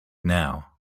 now